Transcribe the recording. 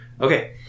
Okay